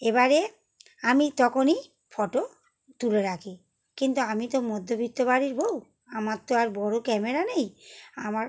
এবারে আমি তখনই ফটো তুলে রাখি কিন্তু আমি তো মধ্যবিত্ত বাড়ির বৌ আমার তো আর বড়ো ক্যামেরা নেই আমার